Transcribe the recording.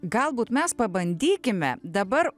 galbūt mes pabandykime dabar